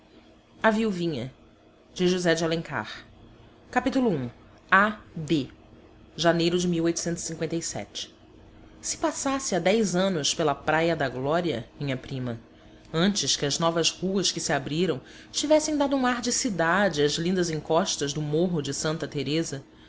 nacional do livro josé de alencar janeiro de e passasse há dez anos pela praia da glória minha prima antes que as novas ruas que se abriram tivessem dado um ar de cidade às lindas encostas do morro de santa teresa